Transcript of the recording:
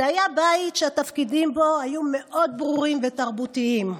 זה היה בית שהתפקידים בו היו מאוד ברורים ותרבותיים: